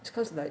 it's cause like